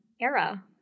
era